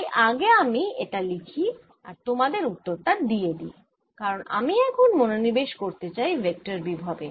তাই আগে আমি এটা লিখি আর তোমাদের উত্তর তা দিয়ে দিই কারণ আমি এখন মনোনিবেশ করতে চাই ভেক্টর বিভবে